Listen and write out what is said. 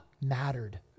mattered